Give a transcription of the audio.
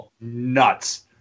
nuts